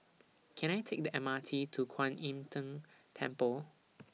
Can I Take The M R T to Kwan Im Tng Temple